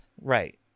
right